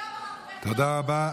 תודה רבה.